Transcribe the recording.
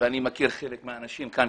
ואני מכיר חלק מהאנשים שנמצאים כאן,